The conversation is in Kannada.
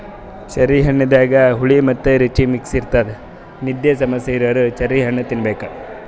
ಚೆರ್ರಿ ಹಣ್ಣದಾಗ್ ಹುಳಿ ಮತ್ತ್ ರುಚಿ ಮಿಕ್ಸ್ ಇರ್ತದ್ ನಿದ್ದಿ ಸಮಸ್ಯೆ ಇರೋರ್ ಚೆರ್ರಿ ಹಣ್ಣ್ ತಿನ್ನಬೇಕ್